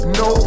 no